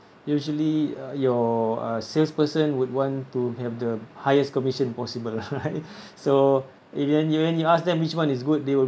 usually uh your salesperson would want to have the highest commission possible right so you if you when you ask them which one is good they will